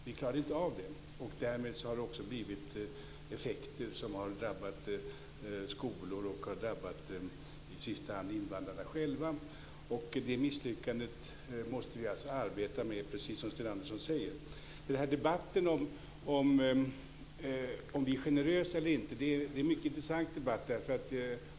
Vi klarade inte av den. Därmed har det också blivit effekter som har drabbat skolor och i sista hand invandrarna själva. Det misslyckandet måste vi arbeta med, precis som Sten Andersson säger. Debatten om huruvida vi är generösa eller inte är mycket intressant.